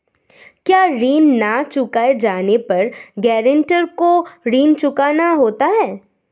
क्या ऋण न चुकाए जाने पर गरेंटर को ऋण चुकाना होता है?